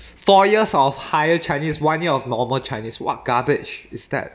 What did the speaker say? four years of higher chinese one year of normal chinese what garbage is that